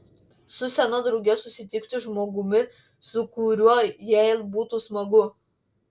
su sena drauge susitikti žmogumi su kuriuo jai būtų smagu